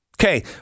Okay